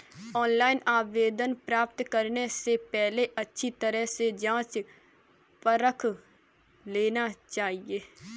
online आवेदन प्राप्त करने से पहले अच्छी तरह से जांच परख लेना चाहिए